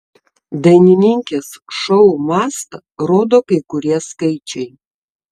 dainininkės šou mastą rodo kai kurie skaičiai